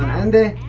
and